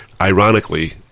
Ironically